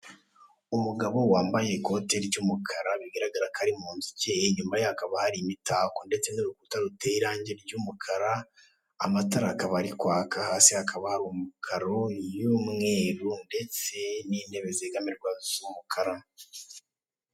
Umugabo wambaye ikoti ry'umukara, bigaragara ko ari mu nzu icyeye, inyuma ye hakaba hari imitako ndetse n'urukuta ruteye irange ry'umukara, amatara akaba ari kwaka, hasi hakaba hari amakaro y'umweru ndetse n'intebe zegamirwa z'umukara.